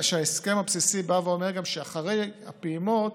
שההסכם הבסיסי בא ואומר גם שאחרי הפעימות,